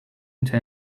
into